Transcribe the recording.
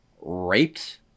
raped